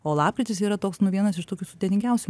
o lapkritis yra toks nu vienas iš tokių sudėtingiausių